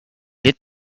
lit